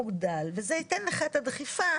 ומקבלים את החיבור